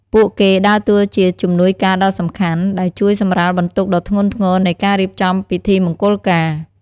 ពួកគេដើរតួជាជំនួយការដ៏សំខាន់ ដែលជួយសម្រាលបន្ទុកដ៏ធ្ងន់ធ្ងរនៃការរៀបចំពិធីមង្គលការ។